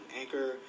Anchor